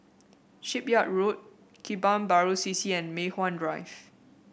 Shipyard Road Kebun Baru C C and Mei Hwan Drive